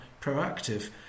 Proactive